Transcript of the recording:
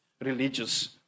religious